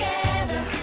together